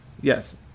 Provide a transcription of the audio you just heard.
Yes